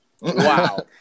Wow